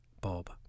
Bob